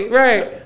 right